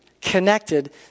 Connected